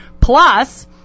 plus